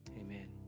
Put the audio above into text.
Amen